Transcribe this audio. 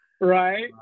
Right